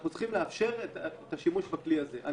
אנחנו צריכים לאפשר את השימוש בכלי הזה.